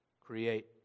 create